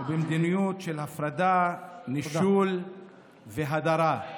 ובמדיניות של הפרדה, נישול והדרה.